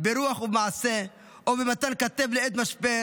ברוח ובמעשה ואם במתן כתף לעת משבר,